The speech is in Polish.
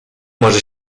może